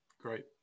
Great